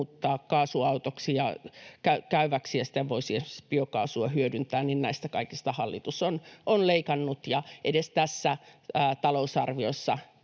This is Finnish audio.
muuttaa kaasulla käyväksi ja siten voisi biokaasua hyödyntää. Näistä kaikista hallitus on leikannut, ja edes tässä talousarviossa